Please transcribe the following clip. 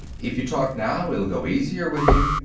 if you talk now it'll go easier with you.